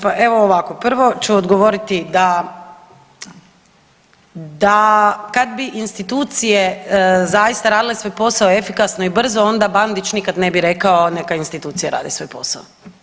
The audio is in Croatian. Pa evo ovako, prvo ću odgovoriti da, da kad bi institucije zaista radile svoj posao efikasno i brzo onda Bandić nikad ne bi rekao „neka institucije rade svoj posao“